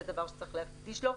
זה דבר שצריך להקדיש לו.